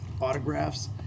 autographs